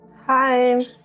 Hi